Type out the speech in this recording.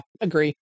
Agree